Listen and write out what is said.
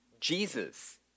Jesus